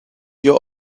your